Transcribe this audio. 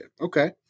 Okay